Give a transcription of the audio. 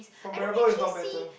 comparable if not better